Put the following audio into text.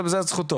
זאת זכותו.